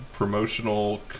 Promotional